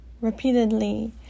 repeatedly